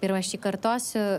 ir aš jį kartosiu